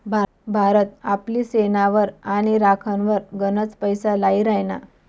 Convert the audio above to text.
भारत आपली सेनावर आणि राखनवर गनच पैसा लाई राहिना